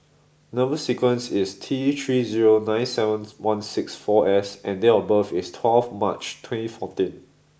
number sequence is T three zero nine seven one six four S and date of birth is twelfth March twenty fourteen